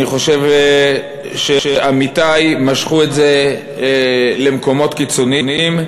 אני חושב שעמיתי משכו את זה למקומות קיצוניים.